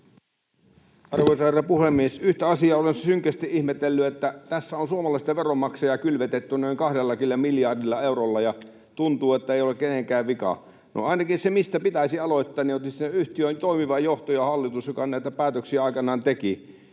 Arvoisa herra puhemies! Yhtä asiaa olen synkästi ihmetellyt, kun tässä on suomalaista veronmaksajaa kylvetetty noin 20 miljardilla eurolla, ja tuntuu, että se ei ole kenenkään vika. No ainakin se, mistä pitäisi aloittaa, on tietysti yhtiön toimiva johto ja hallitus, joka näitä päätöksiä aikanaan teki.